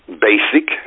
basic